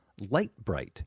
Lightbright